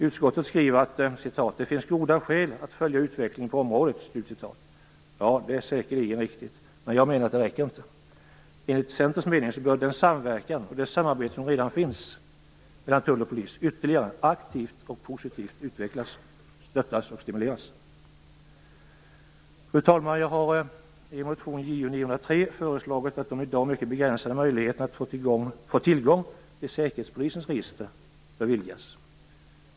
Utskottet skriver: "Det finns goda skäl att följa utvecklingen på området." Det är säkerligen riktigt, men jag menar att det inte räcker. Enligt Centerns mening bör den samverkan och det samarbete som redan finns mellan tull och polis aktivt och positivt utvecklas ytterligare. Det skall stimuleras. Fru talman! Jag har i motion Ju903 föreslagit att de i dag mycket begränsade möjligheterna att få tillgång till säkerhetspolisens register bör vidgas.